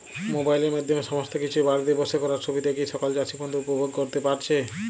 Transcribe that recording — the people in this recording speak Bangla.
মোবাইলের মাধ্যমে সমস্ত কিছু বাড়িতে বসে করার সুবিধা কি সকল চাষী বন্ধু উপভোগ করতে পারছে?